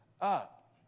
up